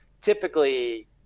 typically